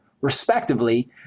respectively